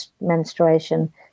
menstruation